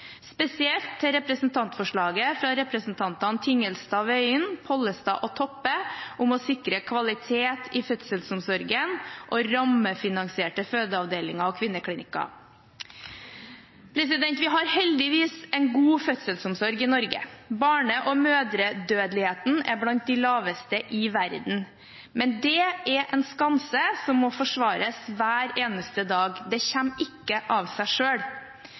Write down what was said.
spesielt til representantforslaget fra representantene Tingelstad Wøien, Pollestad og Toppe om å sikre kvalitet i fødselsomsorgen og rammefinansierte fødeavdelinger og kvinneklinikker. Vi har heldigvis en god fødselsomsorg i Norge. Barne- og mødredødeligheten er blant de laveste i verden. Men det er en skanse som må forsvares hver eneste dag – det kommer ikke av seg